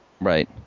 Right